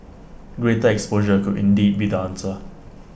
greater exposure could indeed be the answer